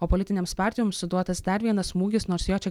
o politinėms partijoms suduotas dar vienas smūgis nors jos čia